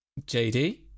JD